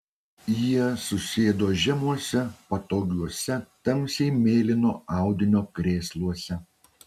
jie susėdo žemuose patogiuose tamsiai mėlyno audinio krėsluose